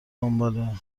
دنبال